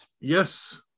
Yes